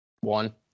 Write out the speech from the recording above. One